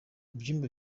ibyumba